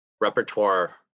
repertoire